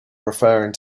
referring